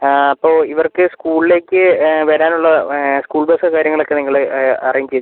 അപ്പോൾ ഇവർക്ക് ഈ സ്ക്കൂളിലേക്ക് വരാനുള്ള സ്കൂൾ ബസ്സ് കാര്യങ്ങളൊക്കെ നിങ്ങൾ അറേഞ്ച് ചെയ്യോ